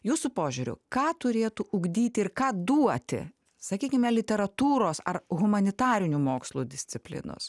jūsų požiūriu ką turėtų ugdyti ir ką duoti sakykime literatūros ar humanitarinių mokslų disciplinos